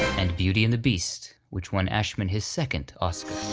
and beauty and the beast, which won ashman his second oscar.